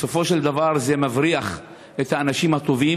בסופו של דבר זה מבריח את האנשים הטובים